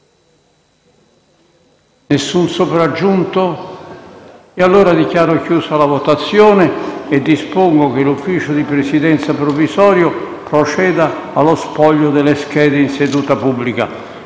Zaffini, Zanda, Zuliani. Dichiaro chiusa la votazione e dispongo che l'Ufficio di Presidenza provvisorio proceda allo spoglio delle schede in seduta pubblica.